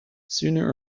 sooner